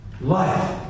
life